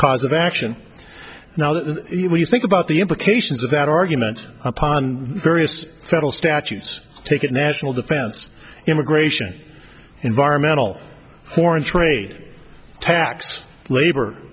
cause of action now that the you know you think about the implications of that argument upon various federal statutes take it national defense immigration environmental foreign trade tax labor